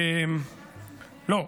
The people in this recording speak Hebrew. לא,